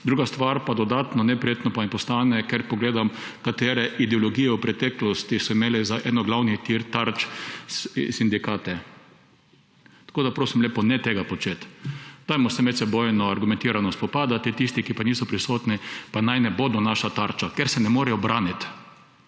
druga stvar pa mi dodatno neprijetno postane, ko vidim, katere ideologije v preteklosti so imele za eno glavnih tarč sindikate. Tako lepo prosim, ne tega početi. Dajmo se medsebojno argumentirano spopadati. Tisti, ki pa niso prisotni, pa naj ne bodo naša tarča, ker se ne morejo braniti.